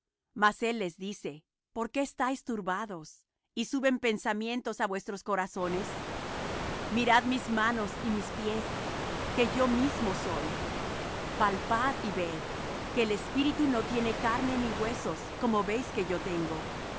mas él les dice por qué estáis turbados y suben pensamientos á vuestros corazones mirad mis manos y mis pies que yo mismo soy palpad y ved que el espíritu ni tiene carne ni huesos como veis que yo tengo